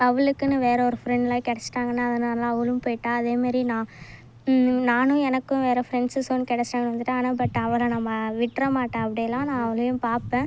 அவளுக்குன்னு வேறு ஒரு ஃப்ரெண்ட்லாம் கிடைச்சிட்டாங்கனா அதனாலலாம் அவளும் போய்ட்டா அதே மாதிரி நான் நானும் எனக்கும் வேற ஃப்ரெண்ட்ஸ்ஸு சோன் கிடச்சிட்டாங்கன்னு வந்துட்டேன் ஆனால் பட் அவளை நம்ம விட்டுற மாட்டேன் அப்படியெல்லாம் நான் அவளையும் பார்ப்பேன்